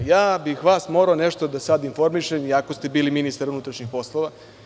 Ja bih vas morao nešto da sada informišem, iako ste bili ministar unutrašnjih poslova.